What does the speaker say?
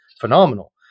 phenomenal